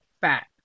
fat